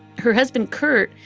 her husband, curt,